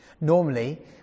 Normally